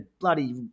bloody